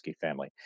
family